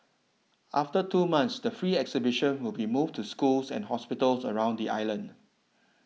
after two months the free exhibition will be moved to schools and hospitals around the island